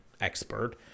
expert